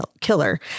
killer